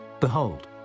behold